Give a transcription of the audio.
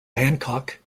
hancock